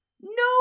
No